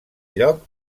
lloc